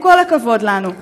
עם כל הכבוד לנו.